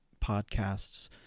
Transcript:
podcasts